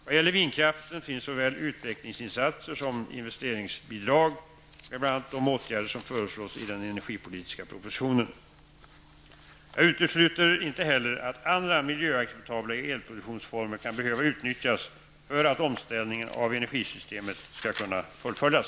Vad gäller vindkraften finns såväl utvecklingsinsatser som investeringsbidrag med bland de åtgärder som föreslås i den energipolitiska propositionen. Jag utesluter inte heller att andra miljöacceptabla elproduktionsformer kan behöva utnyttjas för att omställningen av energisystemet skall kunna fullföljas.